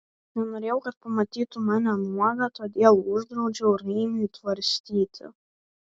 nenorėjau kad pamatytų mane nuogą todėl uždraudžiau raimiui tvarstyti